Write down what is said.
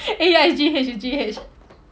eh ya it's G_E_H it's G_E_H